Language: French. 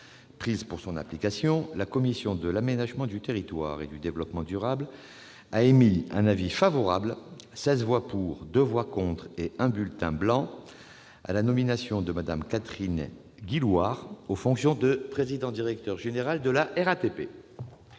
prises pour son application, la commission de l'aménagement du territoire et du développement durable a émis un avis favorable (16 voix pour, 2 voix contre et 1 bulletin blanc) à la nomination de Mme Catherine Guillouard aux fonctions de président-directeur général de la RATP.